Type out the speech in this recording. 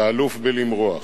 אתה אלוף בלמרוח.